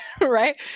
right